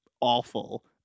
awful